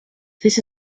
this